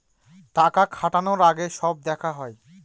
টাকা খাটানোর আগে সব দেখা হয়